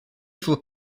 for